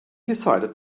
decided